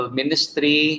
ministry